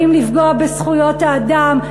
אותם חוקים שבאים לפגוע בזכויות האדם,